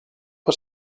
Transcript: was